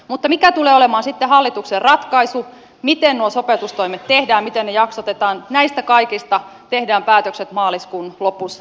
mutta mikä tulee olemaan hallituksen ratkaisu miten nuo sopeutustoimet tehdään miten ne jaksotetaan näistä kaikista tehdään päätökset maaliskuun lopussa